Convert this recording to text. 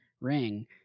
ring